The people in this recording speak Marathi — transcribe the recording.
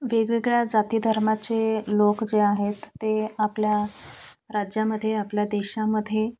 वेगवेगळ्या जाती धर्माचे लोक जे आहेत ते आपल्या राज्यामध्ये आपल्या देशामध्ये